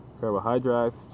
carbohydrates